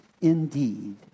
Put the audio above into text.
indeed